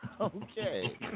Okay